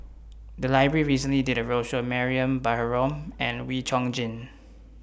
The Library recently did A roadshow on Mariam Baharom and Wee Chong Jin